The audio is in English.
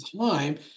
time